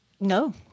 No